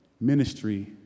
ministry